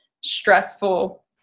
stressful